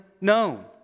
known